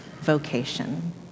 vocation